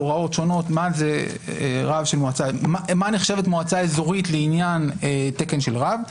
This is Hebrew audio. יש בחוזרי מנכ"ל הוראות שונות מה נחשבת מועצה אזורית לעניין תקן של רב.